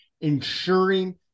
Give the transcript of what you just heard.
ensuring